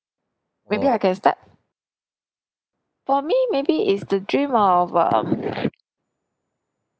maybe I can start for me maybe it's the dream of um